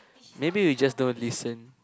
maybe you just don't listen